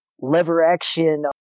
lever-action